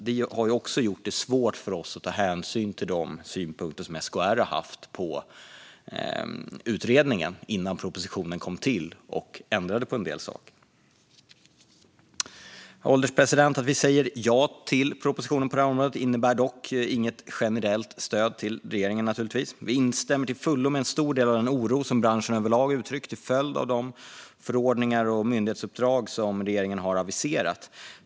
Det har också gjort det svårt för oss att ta hänsyn till de synpunkter som SKR haft på utredningen, innan propositionen kom till och ändrade på en del saker. Herr ålderspresident! Att vi säger ja till propositionen innebär dock inget generellt stöd till regeringen på det här området. Vi instämmer till fullo i en stor del av den oro som branschen överlag uttryckt till följd av de förordningar och myndighetsuppdrag som regeringen har aviserat.